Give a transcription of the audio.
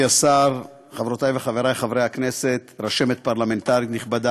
חבר הכנסת איתן כבל.